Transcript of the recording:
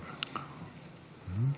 כבוד היושב-ראש,